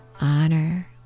honor